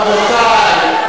רבותי,